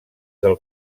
del